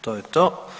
To je to.